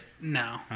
no